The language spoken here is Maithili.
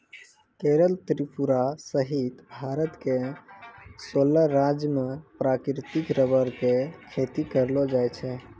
केरल त्रिपुरा सहित भारत के सोलह राज्य मॅ प्राकृतिक रबर के खेती करलो जाय छै